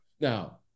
Now